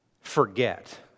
forget